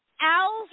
owls